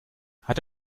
hat